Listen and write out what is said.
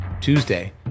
Tuesday